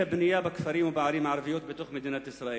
הבנייה בכפרים ובערים הערביים בתוך מדינת ישראל?